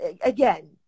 again